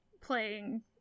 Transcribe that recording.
playing